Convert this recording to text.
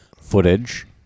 Footage